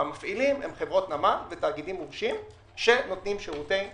ואלה חברות נמל ותאגידים מורשים שנותנים שירותי נמל.